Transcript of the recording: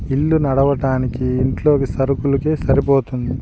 ఇల్లు నడవటానికి ఇంట్లోకి సరుకులకి సరిపోతుంది